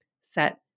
set